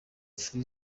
free